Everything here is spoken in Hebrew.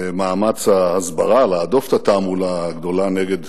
למאמץ ההסברה, להדוף את התעמולה הגדולה נגד